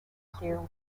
clear